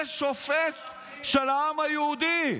זה שופט של העם היהודי.